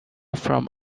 from